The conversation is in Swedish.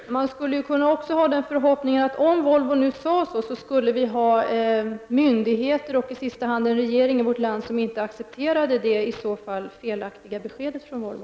Herr talman! Man kan också ha förhoppningen, om nu Volvo har uttryckt sig så, att det skulle finnas myndigheter, och i sista hand en regering, i vårt land som inte accepterar det i så fall felaktiga beskedet från Volvo.